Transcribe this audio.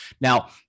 Now